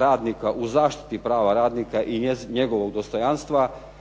radnika u zaštiti prava radnika, i njegovog dostojanstva,